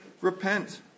repent